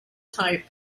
type